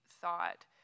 thought